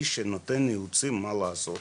איש שנותן יעוצים מה לעשות,